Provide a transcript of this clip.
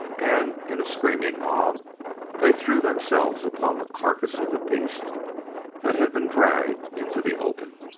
and in a screaming mob they threw themselves upon the carcass of the beast that had been dragged into the open.